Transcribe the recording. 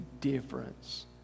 difference